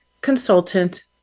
consultant